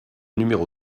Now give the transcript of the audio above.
numéro